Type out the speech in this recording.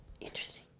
Interesting